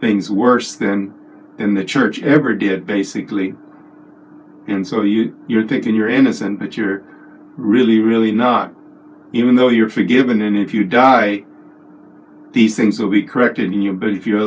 things worse than in the church ever did basically and so you you're thinking you're innocent but you're really really not even though you're forgiven and if you die these things will be correct in you but if you're